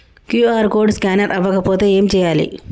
QR code scanner అవ్వకపోతే ఏం చేయాలి?